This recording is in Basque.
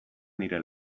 nire